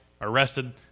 arrested